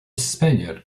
spaniard